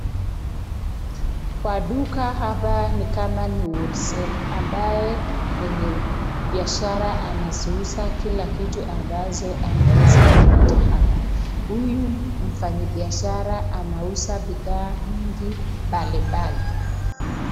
Kwa duka hapa ni kama hapa ni wholesale ambaye mwenye biashara anaziuza kila kitu ambazo anaweza kupata hapa. Huyu mfanyabiashara anauza bidhaa mingi mbali mbali.